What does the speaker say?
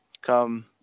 come